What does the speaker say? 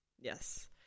yes